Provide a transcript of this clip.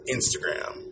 Instagram